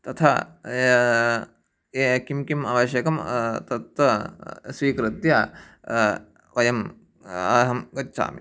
तथा किं किम् आवश्यकं तत् स्वीकृत्य वयम् अहं गच्छामि